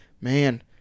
man